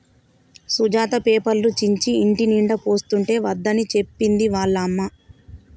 సుజాత పేపర్లు చించి ఇంటినిండా పోస్తుంటే వద్దని చెప్పింది వాళ్ళ అమ్మ